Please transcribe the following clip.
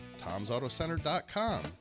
Tom'sAutoCenter.com